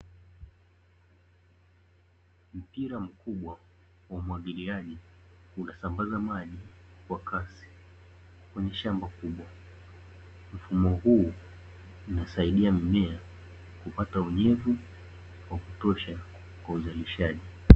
Mpira mkubwa wa umwagiliaji unasambaza maji kwa kasi kwenye shamba kubwa, mfumo huu unasaidia mimea kupata unyevu wa kutosha kwa uzalishaji.